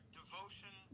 devotion